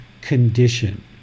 condition